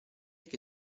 che